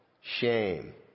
shame